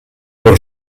per